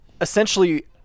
essentially